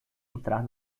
entrar